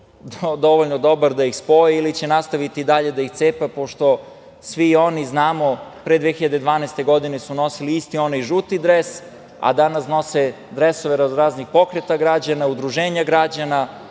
dovoljno dobar da ih spoji ili će nastaviti dalje da ih cepa, pošto svi oni, znamo, pre 2012. godine su nosili isti onaj žuti dres, a danas nose dresove raznoraznih pokreta građana, udruženja građana. Imali